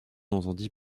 entendit